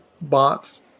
bots